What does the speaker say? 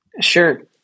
Sure